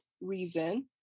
reason